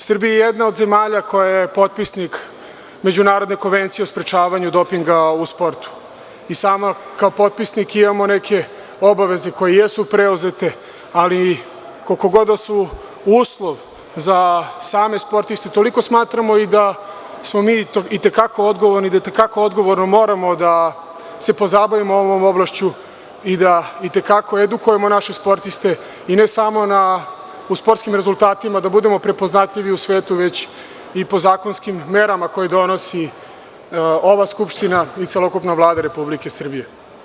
Srbija je jedna od zemalja koja je potpisnik Međunarodne konvencije o sprečavanju dopinga u sportu i sama kao potpisnik imamo neke obaveze koje jesu preuzete, ali koliko god da su uslov za same sportiste, toliko smatramo i da smo mi i te kako odgovorni i da te kako odgovorno moramo da se pozabavimo ovom oblašću i da i te kako edukujemo naše sportiste i ne samo u sportskim rezultatima, da budemo prepoznatljivi u svetu, već i po zakonskim merama koje donosi ova Skupština i celokupna Vlada Republike Srbije.